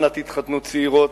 אנא, תתחתנו צעירות,